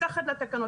מתחת לתקנות,